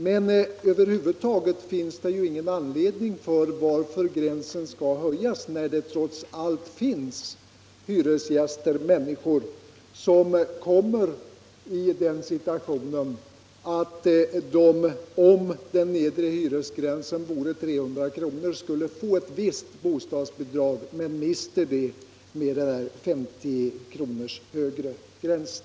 Men över huvud taget finns det ju ingen anledning att höja gränsen, när det trots allt finns många människor som, om den nedre gränsen låg kvar vid 300 kr., skulle få visst bostadsbidrag men går miste om det med den 50 kr. högre gränsen.